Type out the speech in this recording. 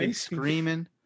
screaming